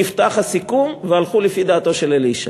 נפתח הסיכום והלכו לפי דעתו של אלי ישי.